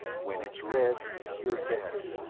when it's red, you're dead.